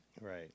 Right